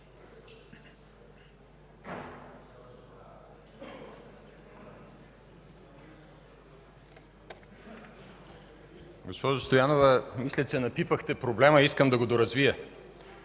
Госпожо Стоянова, мисля, че напипахте проблема. Искам да го доразвия.